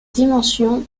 dimensions